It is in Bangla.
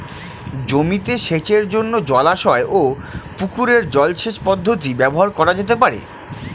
জমিতে সেচের জন্য জলাশয় ও পুকুরের জল সেচ পদ্ধতি ব্যবহার করা যেতে পারে?